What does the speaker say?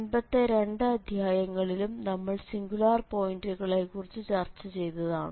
മുൻപത്തെ രണ്ട് അധ്യായങ്ങളിലും നമ്മൾ സിംഗുലാർ പോയിന്റുകളെക്കുറിച്ച് ചർച്ച ചെയ്തതാണ്